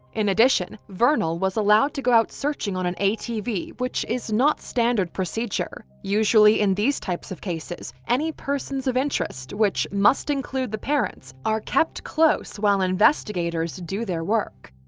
in addition, vernal was allowed to go out searching on an atv, which is not standard procedure. usually in these types of cases, any persons of interest, which must include parents, are kept close while investigators do their work.